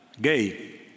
gay